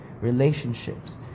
relationships